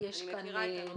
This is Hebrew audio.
מכירה את הנושא.